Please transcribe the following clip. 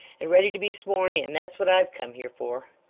and ready to be sworn in. that's what i've come here for